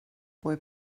boy